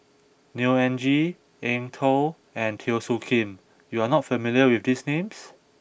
Neo Anngee Eng Tow and Teo Soon Kim you are not familiar with these names